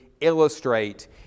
illustrate